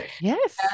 yes